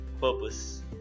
purpose